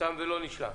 תם ולא נשלם.